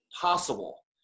possible